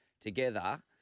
together